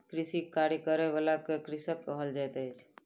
कृषिक कार्य करय बला के कृषक कहल जाइत अछि